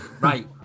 Right